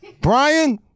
Brian